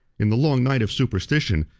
in the long night of superstition,